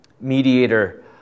mediator